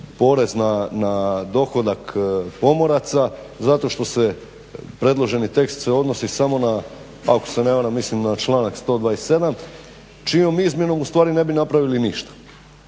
porez na dohodak pomoraca zato što se predloženi tekst odnosi samo na, ako se ne varam, mislim na članak 127. čijom izmjenom ustvari ne bi napravili ništa.